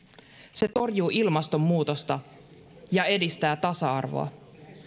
se torjuu ilmastonmuutosta ja edistää tasa arvoa